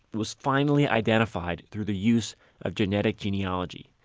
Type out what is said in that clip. was finally identified through the use of genetic genealogy.